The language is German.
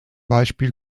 beispiel